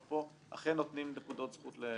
פה אכן נותנים נקודות זכות למילואים.